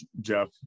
Jeff